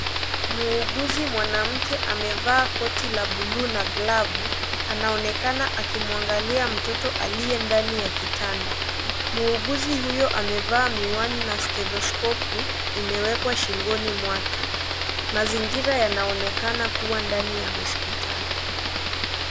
Mwuguzi mwanamke amevaa koti la buluu na glavu. Anaonekana akimwangalia mtoto aliye ndani ya kitanda. Mwuguzi huyo amevaa miwani na stethoskopu imewekwa shingoni mwake. Mazingira yanaonekana kuwa ndani ya hospitali.